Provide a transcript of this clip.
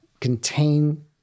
contain